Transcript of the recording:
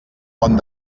pont